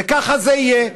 וככה זה יהיה,